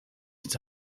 into